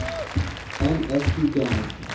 MSP क्या है?